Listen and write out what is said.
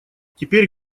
теперь